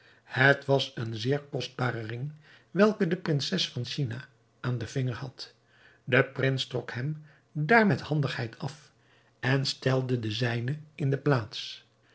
het was een zeer kostbare ring welke de prinses van china aan den vinger had de prins trok hem daar met handigheid af en stelde den zijne in de plaats